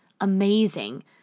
amazing